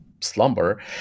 slumber